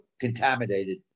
contaminated